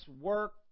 work